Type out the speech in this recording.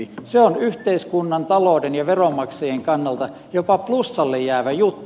se on yhteiskunnan talouden ja veronmaksajien kannalta jopa plussalle jäävä juttu